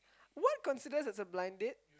what considers as a blind date